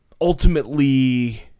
ultimately